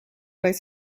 vaid